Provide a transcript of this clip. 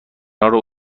ایستگاه